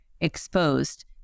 exposed